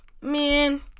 Man